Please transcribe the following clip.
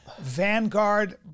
Vanguard